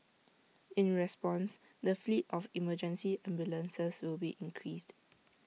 in response the fleet of emergency ambulances will be increased